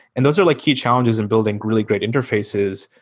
and those are like key challenges in building really great interfaces.